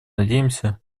надеемся